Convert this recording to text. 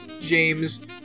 James